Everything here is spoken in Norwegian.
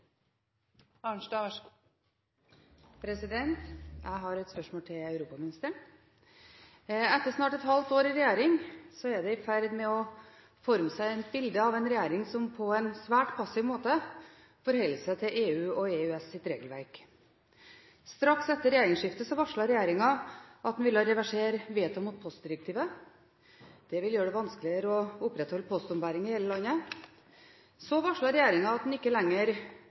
Jeg har et spørsmål til europaministeren. Etter snart et halvt år i regjering er det i ferd med å forme seg et bilde av en regjering som på en svært passiv måte forholder seg EU- og EØS-regelverk. Straks etter regjeringsskiftet varslet regjeringen at en ville reversere veto mot postdirektivet. Det vil gjøre det vanskeligere å opprettholde postombæring i hele landet. Så varslet regjeringen at en ikke lenger